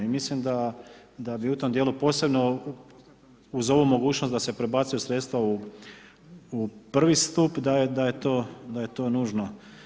I mislim da bi u tom dijelu posebno uz ovu mogućnost da se prebacuju sredstva u prvi stup da je to nužno.